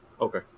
Okay